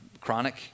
chronic